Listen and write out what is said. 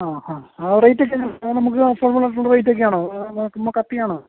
ആ ആ ആ റേറ്റ് ഒക്കെ എങ്ങനെ നമുക്ക് അഫോർഡബിൾ ആയിട്ടുള്ള റേറ്റ് ഒക്കെ ആണോ നോക്കുമ്പം കത്തിയാണോ